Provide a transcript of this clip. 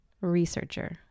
researcher